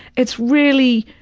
it's really,